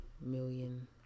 million